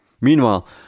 Meanwhile